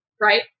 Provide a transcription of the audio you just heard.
right